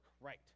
right